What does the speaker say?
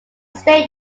stayed